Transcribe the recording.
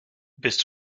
bist